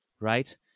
right